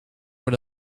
voor